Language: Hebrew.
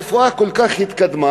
הרפואה כל כך התקדמה.